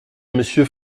monsieur